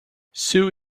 sue